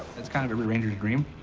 that's kind of every ranger's dream,